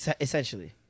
essentially